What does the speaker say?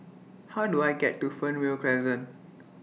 How Do I get to Fernvale Crescent